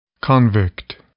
Convict